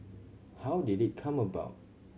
how did it come about